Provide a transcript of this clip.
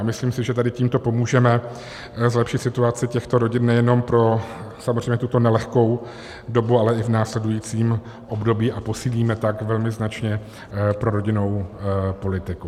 Myslím si, že tímto pomůžeme zlepšit situaci těchto rodin nejenom pro tuto nelehkou dobu, ale i v následujícím období, a posílíme tak velmi značně prorodinnou politiku.